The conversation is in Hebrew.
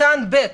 קטן (ב)